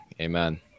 amen